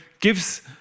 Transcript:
gives